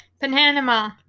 Panama